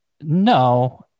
No